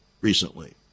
recently